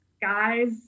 guys